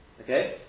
Okay